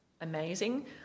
amazing